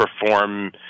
perform